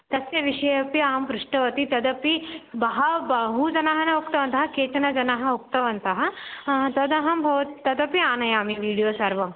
तस्य विषये अपि अहं पृष्टवती तदपि बहु बहुजनाः न उक्तवन्तः केचन जनाः उक्तवन्तः तदहं भवतः तदपि आनयामि वीडियो सर्वम्